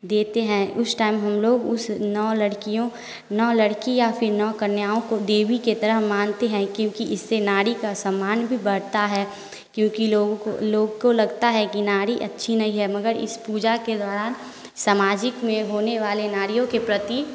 देते हैं उस टाइम हम लोग उस नौ लड़कियों नौ लड़की या नौ कन्याओं को देवी की तरह मानते हैं क्योंकि इससे नारी का सम्मान भी बढ़ता है क्योंकि लोगों को लोग को लगता है कि नारी अच्छी नहीं है मगर इस पूजा के दौरान सामाजिक एवं होने वाले नारियों के प्रति